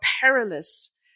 perilous